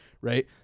Right